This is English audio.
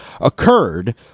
occurred